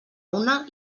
una